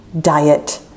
diet